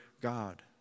God